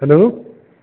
hello